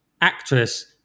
actress